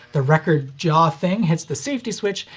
the record jaw thing hits the safety switch,